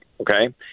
okay